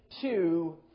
two